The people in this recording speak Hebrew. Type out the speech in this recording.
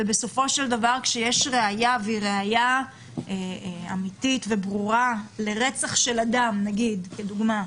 וכשיש ראיה אמיתית וברורה לרצח של אדם למשל,